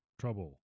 trouble